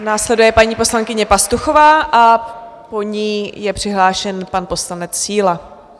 Následuje paní poslankyně Pastuchová a po ní je přihlášen pan poslanec Síla.